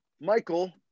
Michael